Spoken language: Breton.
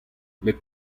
met